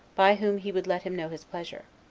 by whom he would let him know his pleasure.